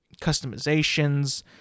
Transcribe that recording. customizations